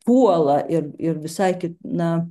puola ir ir visai kit na